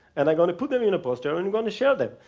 and i'm going to put them in a poster and i'm going to share them.